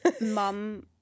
mum